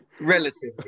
Relatively